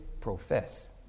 profess